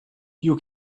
you